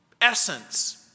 essence